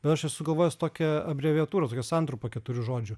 bet aš esu sugalvojęs tokią abreviatūrą tokią santrumpą keturių žodžių